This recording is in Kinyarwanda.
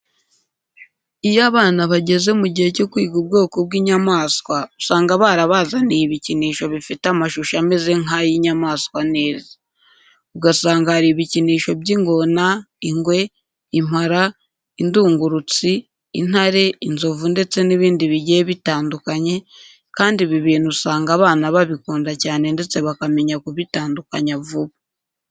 Iyo abana bageze mu gihe cyo kwiga ubwoko bw'inyamaswa usanga barabazaniye ibikinisho bifite amashusho ameze nk'ay'inyamaswa neza. Ugasanga hari ibikinisho by'ingona, ingwe, impara, indungurutsi, intare, inzovu ndetse n'ibindi bigiye bitandukanye kandi ibi bintu usanga abana babikunda cyane ndetse bakamenya kubitandukanya vuba.